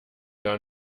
gar